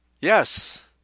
Yes